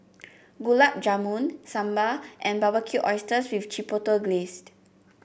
Gulab Jamun Sambar and Barbecued Oysters with Chipotle Glazed